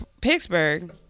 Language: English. Pittsburgh